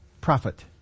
profit